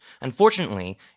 Unfortunately